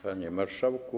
Panie Marszałku!